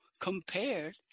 compared